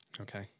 Okay